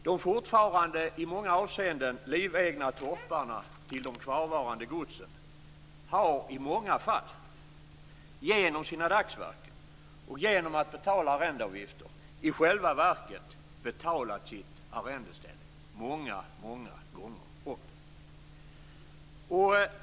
De fortfarande i många avseenden livegna torparna till de kvarvarande godsen har i många fall genom dagsverken och genom erlagda arrendeavgifter i själva verket betalat sitt arrendeställe många gånger om.